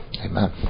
amen